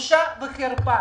בושה וחרפה.